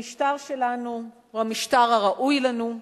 המשטר שלנו הוא המשטר הראוי לנו,